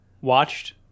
watched